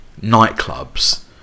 nightclubs